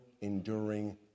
enduring